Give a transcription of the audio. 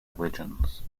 religions